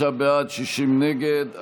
55 בעד, 60 נגד.